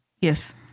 Yes